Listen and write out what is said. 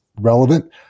relevant